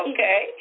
Okay